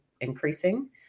increasing